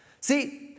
See